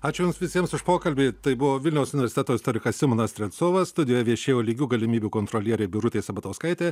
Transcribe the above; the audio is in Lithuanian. ačiū jums visiems už pokalbį tai buvo vilniaus universiteto istorikas simonas strelcovas studijo viešėjo lygių galimybių kontrolierė birutė sabatauskaitė